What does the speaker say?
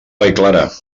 vallclara